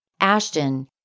Ashton